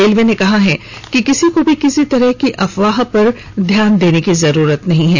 railway ने कहा है कि किसी को भी किसी तरह की अफवाहों पर ध्यान देने की जरूरत नहीं है